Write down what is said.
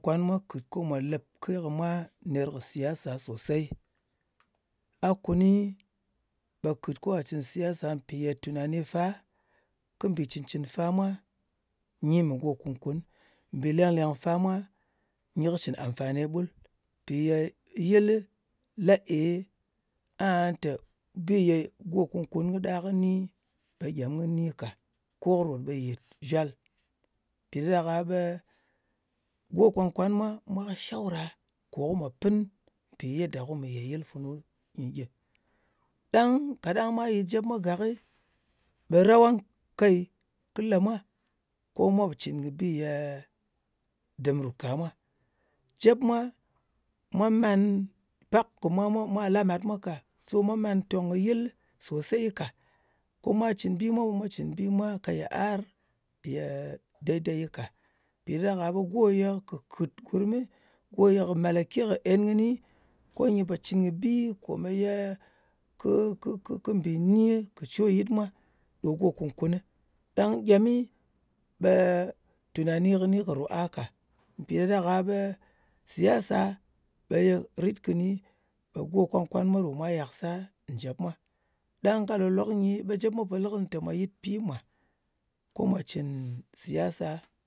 Kwàn mwa rit ko mwa lep ke kɨ mwa ner kɨ siyasa sosey. A kuni, ɓe tunani fa, kɨ mbì cɨn-cɨn fa mwa nyi mɨ gò kun-kun. Mbì leng-lèng fa mwa nyɨ kɨ cɨn amfani ɓul. Mpi ye yɨlɨ la e aha tē bi ye go kun-kun kɨ ɗar kɨ ni, gyem kɨ ni ka, ko kɨ rot ɓe yè zhwal. Mpì ɗa ɗak-a ɓe go kwan-kwan mwa kɨ shawra kò ko mwa pɨn mpi yedda ko mù yè yɨl funu nyɨ gyɨ. Ɗang kaɗang mwa yɨt jep mwa gakɨ, ɓe rawang kai, kɨ le mwa ko mwa po cɨn kɨ bi ye dɨm rù ka mwa. Jem mwa mwa man, pak kɨ mwa mwa mwā la màt mwa ka. So, mwa man tong kɨ yɨl sòsey ka. Ko mwa cɨn bi mwa ɓe mwa cɨn bi mwa ka yiar ye dey-dey ka. Mpì ɗa ɗak-a ɓe go ye kɨ kɨt gurmɨ, ko ye kɨ malake kɨ en kɨni, ko nyɨ po cɨn kɨ bi komeye kɨ kɨ kɨ, kɨ mbì ni kɨ coyit mwa ɗo go kun-kunɨ. Ɗang gyemi, tunani kɨni kɨ rù a ka. Mpì ɗa ɗak-a ɓe siyasa ɓe ye rit kɨni, ɓe go kwan-kwan mwa ɗo mwa yak sar njèp mwa. Ɗang ka lōlok nyi, ɓe jep mwa pò lɨ kɨnɨ tè mwà yɨt pi mwa ko mwa cɨn siyasa.